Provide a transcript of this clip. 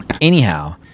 anyhow